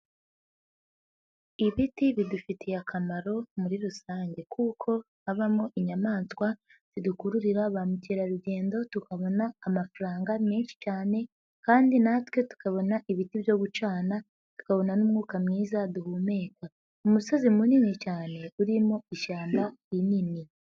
lbiti bidufitiye akamaro muri rusange, kuko habamo inyamaswa zidukururira ba mukerarugendo ,tukabona amafaranga menshi cyane, kandi natwe tukabona ibiti byo gucana ,tukabona n'umwuka mwiza duhumeka, umusozi munini cyane urimo ishyamba rinini.